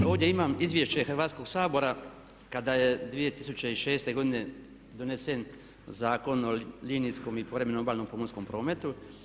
Ovdje imam Izvješće Hrvatskog sabora kada je 2006.godine donesen Zakon o linijskom i povremenom obalnom pomorskom prometu.